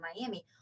miami